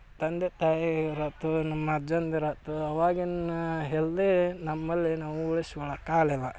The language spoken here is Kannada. ತಂದೆ ತಾಯಿಯರ ಅಥ್ವಾ ನಮ್ಮ ಅಜ್ಜಂದಿರ ಅಥ್ವಾ ಅವಾಗಿನ ಹೆಲ್ದಿ ನಮ್ಮಲ್ಲಿ ನಾವು ಉಳಿಸ್ಕೊಳಕ್ಕೆ ಆಗಲಿಲ್ಲ